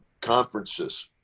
conferences